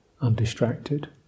undistracted